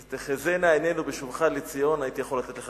אז "תחזינה עינינו בשובך לציון" הייתי יכול לתת לך